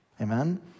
Amen